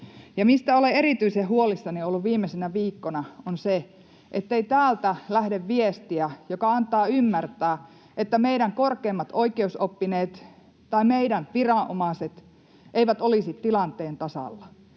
Mistä olen erityisen huolissani ollut viimeisenä viikkona, on se, ettei täältä lähde viestiä, joka antaa ymmärtää, että meidän korkeimmat oikeusoppineet tai meidän viranomaiset eivät olisi tilanteen tasalla.